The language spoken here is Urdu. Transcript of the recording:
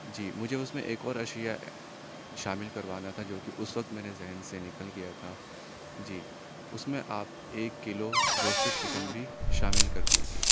جی مجھے اس میں ایک اور اشیا شامل کروانا تھا جو کہ اس وقت میرے ذہن سے نکل گیا تھا جی اس میں آپ ایک کلو روسٹڈ چکن بھی شامل کر دیجیے